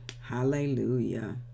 Hallelujah